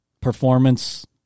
performance